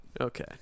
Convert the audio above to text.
Okay